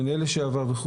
מנהל לשעבר.